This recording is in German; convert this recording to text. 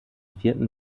vierten